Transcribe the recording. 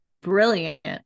brilliant